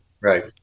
Right